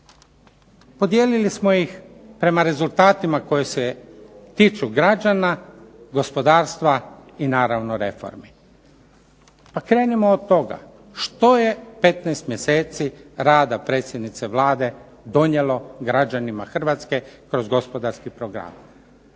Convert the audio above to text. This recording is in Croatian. Podijelili smo ih prema rezultatima koji se tiču građana, gospodarstva i naravno reformi. Pa krenimo od toga što je 15 mjeseci rada predsjednice Vlade donijelo građanima Hrvatske kroz gospodarski program.